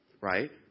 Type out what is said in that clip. right